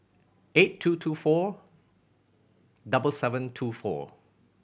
eight two two four double seven two four